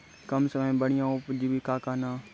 कम समय मे बढ़िया उपजीविका कहना?